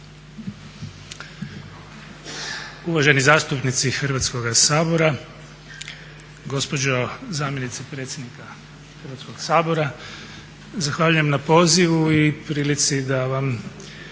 Uvaženi zastupnici Hrvatskoga sabora, gospođo zamjenice predsjednika Hrvatskog sabora zahvaljujem na pozivu i prilici da vas